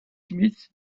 smith